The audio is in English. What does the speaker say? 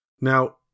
Now